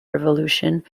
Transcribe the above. revolution